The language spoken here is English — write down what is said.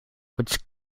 which